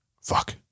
Fuck